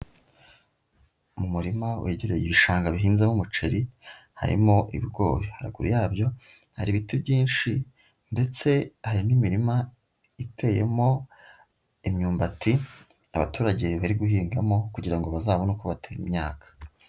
Mu murima wegereye ibishanga bihinzemo umuceri harimo ibigori, haraguru yabyo hari ibiti byinshi ndetse hari n'imirima iteyemo imyumbati abaturage bari guhingamo kugira ngo bazabone uko batera imyaka.